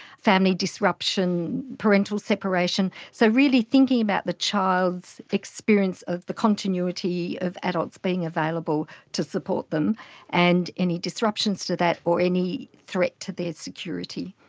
family disruption, parental separation, so really thinking about the child's experience of the continuity of adults being available to support them and any disruptions to that or any threat to their security.